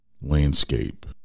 landscape